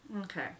Okay